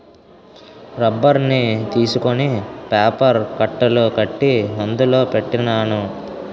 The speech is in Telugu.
రబ్బర్ని తీసుకొని పేపర్ కట్టలు కట్టి అందులో పెట్టినాను